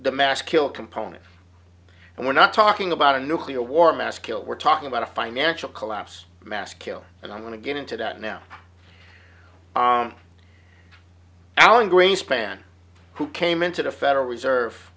the maskil component and we're not talking about a nuclear war maskil we're talking about a financial collapse maskil and i'm going to get into that now alan greenspan who came into the federal reserve